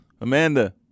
Amanda